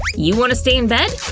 you want to stay in bed?